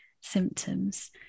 symptoms